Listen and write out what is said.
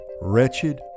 wretched